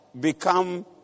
become